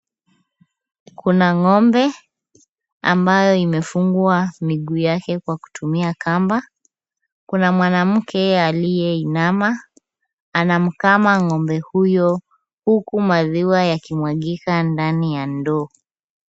Kuna ng'ombe ambaye amefungwa miguu yake kwa kutumia kamba. Kuna mwanamke aliyeinama, anamkama ng'ombe huyo huku maziwa yakimwagika ndani ya ndoo.